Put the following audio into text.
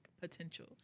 potential